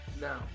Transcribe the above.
Now